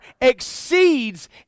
exceeds